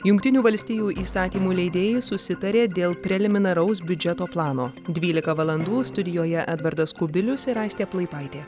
jungtinių valstijų įstatymų leidėjai susitarė dėl preliminaraus biudžeto plano dvylika valandų studijoje edvardas kubilius ir aistė plaipaitė